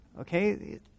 Okay